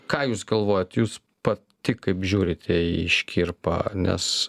ką jūs galvojat jūs pati kaip žiūrite į škirpą nes